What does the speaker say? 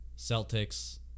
Celtics